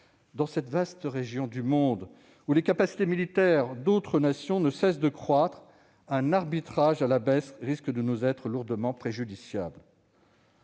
Dans cette vaste région du monde où les capacités militaires d'autres nations ne cessent de croître, un arbitrage à la baisse risque de nous être lourdement préjudiciable.